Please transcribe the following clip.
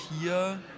hier